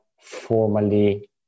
formally